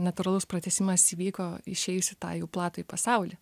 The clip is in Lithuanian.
natūralus pratęsimas vyko išėjus į tą jų platųjį pasaulį